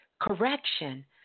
Correction